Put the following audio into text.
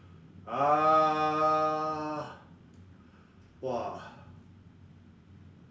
uh !wah!